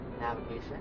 navigation